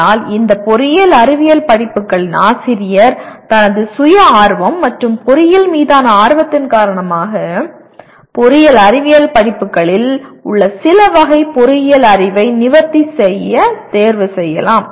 ஆனால் இந்த பொறியியல் அறிவியல் படிப்புகளின் ஆசிரியர் தனது சுயஆர்வம் மற்றும் பொறியியல் மீதான ஆர்வத்தின்காரணமாக பொறியியல் அறிவியல் படிப்புகளில் உள்ள சில வகை பொறியியல் அறிவை நிவர்த்தி செய்ய தேர்வு செய்யலாம்